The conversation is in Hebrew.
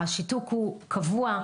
השיתוק הוא קבוע,